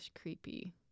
creepy